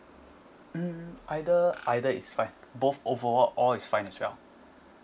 mm either either is fine both overall all is fine as well